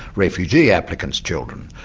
refugee applicants' children,